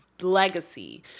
legacy